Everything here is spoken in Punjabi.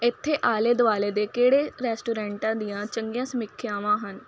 ਇੱਥੇ ਆਲੇ ਦੁਆਲੇ ਦੇ ਕਿਹੜੇ ਰੈਸਟੋਰੈਂਟਾਂ ਦੀਆਂ ਚੰਗੀਆਂ ਸਮੀਖਿਆਵਾਂ ਹਨ